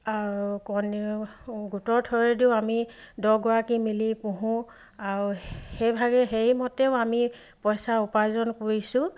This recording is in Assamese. আৰু কণী গোটৰ থোৰেদিও আমি দহগৰাকী মিলি পোহোঁ আৰু সেইভাগে সেইমতেও আমি পইচা উপাৰ্জন কৰিছোঁ